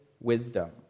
wisdom